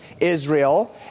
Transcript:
Israel